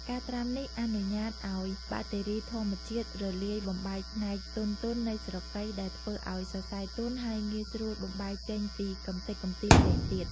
ការត្រាំនេះអនុញ្ញាតឱ្យបាក់តេរីធម្មជាតិរលាយបំបែកផ្នែកទន់ៗនៃស្រកី ដែលធ្វើឱ្យសរសៃទន់ហើយងាយស្រួលបំបែកចេញពីកម្ទេចកម្ទីផ្សេងទៀត។